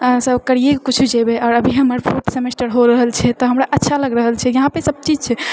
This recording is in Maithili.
अऽ सभ करिए कऽ किछु जेबए आओर अभी हमर फोर्थ समेस्टर हो रहल छै तऽ हमरा अच्छा लग रहल छै इहाँ सभचीज छै